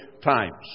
times